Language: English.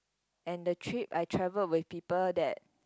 and the trip I travelled with people that